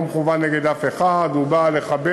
הוא לא מכוון נגד אף אחד, הוא בא לחבר.